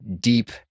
deep